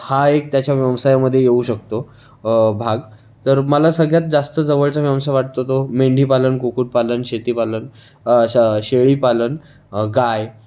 हा एक त्याच्या व्यवसायामध्ये येऊ शकतो भाग तर मला सगळ्यांत जास्त जवळचा व्यवसाय वाटतो तो मेंढीपालन कुकुटपालन शेतीपालन शा शेळीपालन गाय